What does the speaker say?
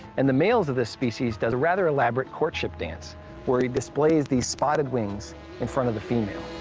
and the males of this species does a rather elaborate courtship dance where he displays these spotted wings in front of the female.